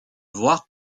voir